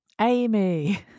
Amy